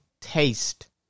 taste